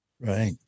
Right